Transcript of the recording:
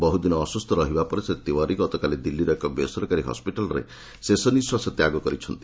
ବହୁଦିନ ଅସୁସ୍ଥ ରହିବା ପରେ ଶ୍ରୀ ତିୱାରୀ ଗତକାଲି ଦିଲ୍ଲୀର ଏକ ବେସରକାରୀ ହସ୍ୱିଟାଲ୍ରେ ଶେଷନିଃନିଶ୍ୱାସ ତ୍ୟାଗ କରିଥିଲେ